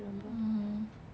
mm